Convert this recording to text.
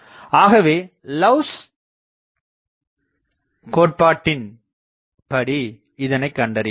ஆகவே Love's Love's equivalence கோட்பாட்டின் படி இதனை கண்டறியலாம்